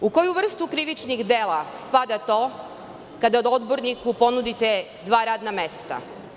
U koju vrstu krivičnih dela spada to kada odborniku ponudite dva radna mesta.